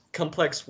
complex